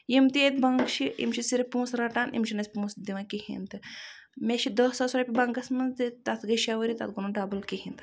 یِم تہِ ییٚتہِ بَنک چھِ یِم چھِ ضرِف ییتہِ پوٛنسہٕ ڑَٹان یِم چھِنہٕ اَسہِ پوٛنسہٕ دِوان کِہیٖنۍ تہِ مےٚ چھِ دہ سا رۄپییہِ بَنکَس منٛز تہٕ تَتھ گے شیٚے ؤری تَتھ گوٚو نہٕ ڈَبٔل کِہیٖنۍ تہٕ